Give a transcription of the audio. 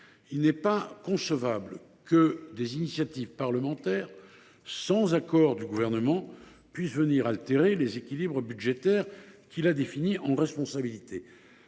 cependant pas concevable que des initiatives parlementaires, sans accord du Gouvernement, puissent altérer les équilibres budgétaires qu’il a définis, en assumant